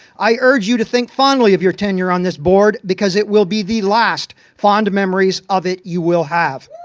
i urge you to think fondly of your tenure on this board, because it will be the last fond memories of it you will have.